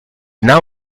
now